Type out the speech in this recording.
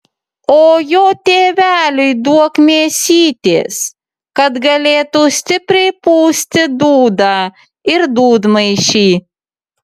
o jo tėveliui duok mėsytės kad galėtų stipriai pūsti dūdą ir dūdmaišį